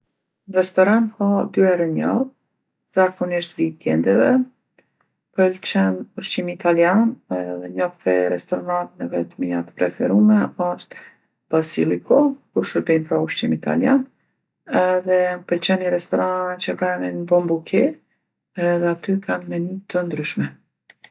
N'restoran ha dy here n'javë, zakonisht vikendeve. M'pëlqen ushqimi italian edhe njo prej restoraneve t'mija t'preferume osht Basilliko, ku shërbejnë pra ushqim italian. Edhe m'pëlqen ni restoran që e ka emrin Bon Buke edhe aty kanë meny t'ndryshme.